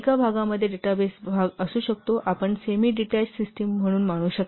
एका भागामध्ये data base भाग असू शकतो आपण सेमी डिटॅच सिस्टम म्हणून मानू शकता